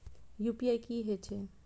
UPI की हेछे?